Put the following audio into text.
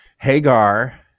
Hagar